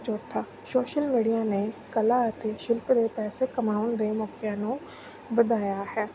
ਚੌਥਾ social media ਨੇ ਕਲਾ ਅਤੇ ਸ਼ਿਲਪ ਦੇ ਪੈਸੇ ਕਮਾਉਣ ਦੇ ਮੌਕਿਆਂ ਨੂੰ ਵਧਾਇਆ ਹੈ